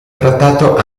trattato